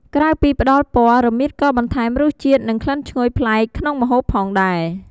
ក្រៅពីផ្តល់ពណ៌ រមៀតក៏បន្ថែមរសជាតិ និងក្លិនឈ្ងុយប្លែកក្នុងម្ហូបផងដែរ ។